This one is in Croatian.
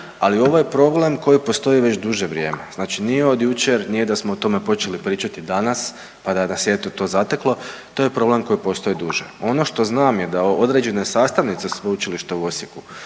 ali ovo je problem koji postoji već duže vrijeme, znači nije od jučer, nije da smo o tome počeli pričati danas, pa da nas je eto to zateklo, to je problem koji postoji duže. Ono što znam je da određene sastavnice Sveučilišta u Osijeku